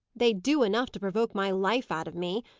they do enough to provoke my life out of me,